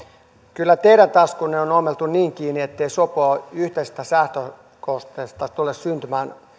kyllä teidän taskunne on on ommeltu niin kiinni ettei sopua yhteisestä säästökohteesta tule syntymään